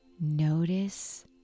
notice